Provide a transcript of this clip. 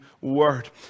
word